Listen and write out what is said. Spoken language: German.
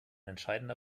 entscheidender